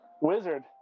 Wizard